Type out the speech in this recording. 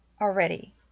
already